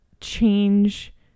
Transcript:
Change